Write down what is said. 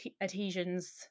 adhesions